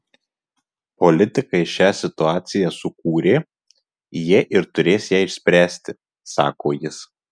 politikai šią situaciją sukūrė jie ir turės ją išspręsti sako jis